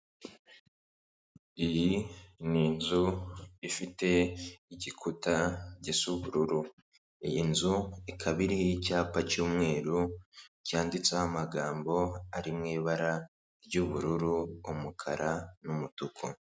Iyi ni inzu ifite igikuta gisa ubururu, iyi nzu ikaba iriho icyapa cy'umweru cyanditseho amagambo ari mu ibara ry'ubururu, umukara n'umutuku.